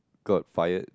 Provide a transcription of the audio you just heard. got fired